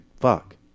Fuck